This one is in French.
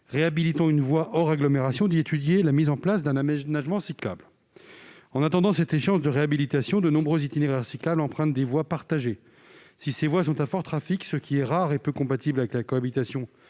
réhabilitant une voie hors agglomération d'y étudier la mise en place d'un aménagement cyclable. En attendant cette échéance de réhabilitation, de nombreux itinéraires cyclables empruntent des voies partagées. Si ces voies sont à fort trafic, ce qui est rare et peu compatible avec la cohabitation